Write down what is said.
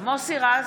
מוסי רז, נגד